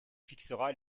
fixera